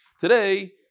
Today